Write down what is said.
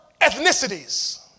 ethnicities